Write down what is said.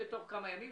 בתוך כמה ימים.